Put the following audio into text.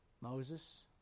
Moses